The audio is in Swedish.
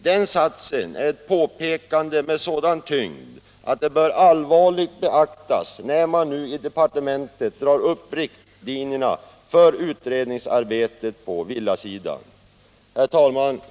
Den satsen är ett påpekande med sådan tyngd att det bör allvarligt beaktas när man nu i departementet drar upp riktlinjerna för utredningsarbetet på villasidan. Herr talman!